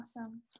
Awesome